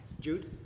Jude